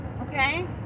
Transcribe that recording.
okay